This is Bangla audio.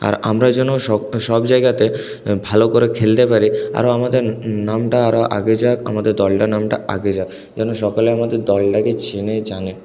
আর আমরা যেন সব জায়গাতে ভালো করে খেলতে পারি আরও আমাদের নামটা আরও আগে যাক আমাদের দলটার নামটা আগে যাক যেন সকলে আমাদের দলটাকে চেনে জানে